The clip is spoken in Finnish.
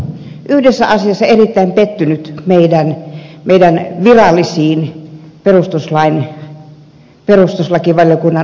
minä olen yhdessä asiassa erittäin pettynyt meidän virallisiin perustuslakivaliokunnan asiantuntijoihin